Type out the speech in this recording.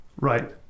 Right